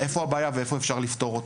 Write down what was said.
איפה הבעיה ואיפה אפשר לפתור אותה,